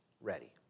ready